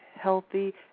healthy